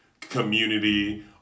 community